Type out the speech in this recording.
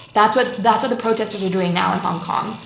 that's what that's what the protesters are doing now in hong kong.